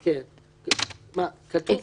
אני אסביר